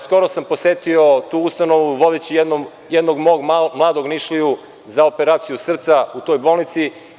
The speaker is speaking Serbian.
Skoro sam posetio tu ustanovu, vodeći jednog mog mladog Nišliju za operaciju srca u toj bolnici.